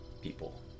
people